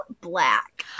black